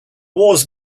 wars